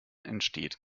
entsteht